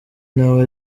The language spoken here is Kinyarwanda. nawe